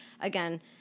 again